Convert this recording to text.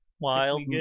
wild